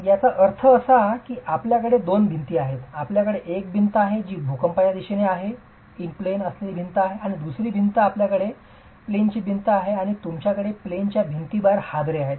याचा अर्थ असा की आपल्याकडे दोन भिंती आहेत आपल्याकडे एक भिंत आहे जी भूकंपच्या दिशेने आहे प्लेन असलेली भिंत आहे आणि दुसरी भिंत आपल्याकडे प्लेन ची भिंत आहे आणि तुमच्याकडे प्लेन च्या भिंती बाहेर हादरे आहेत